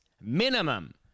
minimum